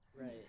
right